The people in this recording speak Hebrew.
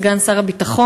סגן שר הביטחון,